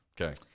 Okay